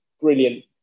brilliant